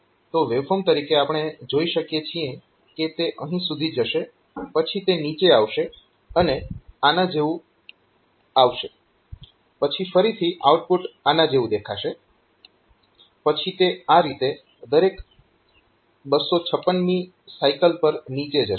તો વેવફોર્મ તરીકે આપણે જોઈ શકીએ છીએ કે તે અહીં સુધી જશે પછી તે નીચે આવશે અને આના જેવું આવશે પછી ફરીથી આઉટપુટ આના જેવું દેખાશે પછી તે આ રીતે દરેક 256 મી સાયકલ પર નીચે જશે